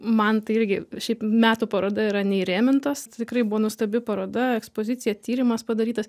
man tai irgi šiaip metų paroda yra neįrėmintos tikrai buvo nuostabi paroda ekspozicija tyrimas padarytas